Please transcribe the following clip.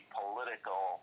political